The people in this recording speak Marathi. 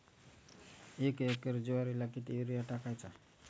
एक एकर ज्वारीला किती युरिया टाकायचा?